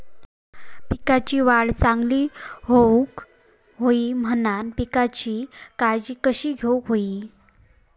पिकाची वाढ चांगली होऊक होई म्हणान पिकाची काळजी कशी घेऊक होई?